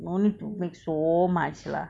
no need to make so much lah